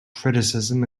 criticism